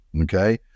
okay